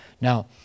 Now